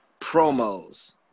promos